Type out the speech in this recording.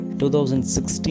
2016